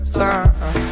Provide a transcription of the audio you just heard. time